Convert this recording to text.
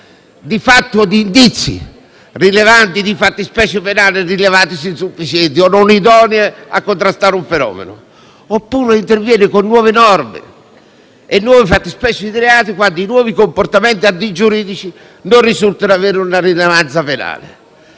degli indizi rilevanti di fattispecie penali rivelatisi insufficienti o non idonei a contrastare un fenomeno, oppure interviene con nuove norme e nuove fattispecie di reati, quando i nuovi comportamenti antigiuridici non risultano avere una rilevanza penale.